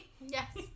Yes